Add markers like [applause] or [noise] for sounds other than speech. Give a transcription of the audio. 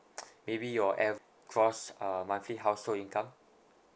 [noise] maybe your av~ gross uh monthly household income